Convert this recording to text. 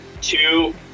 two